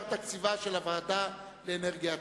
אני קובע שגם לשנת 2010 אושר תקציבה של הוועדה לאנרגיה אטומית.